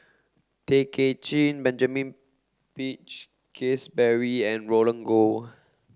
Tay Kay Chin Benjamin Peach Keasberry and Roland Goh